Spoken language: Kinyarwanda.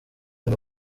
ayo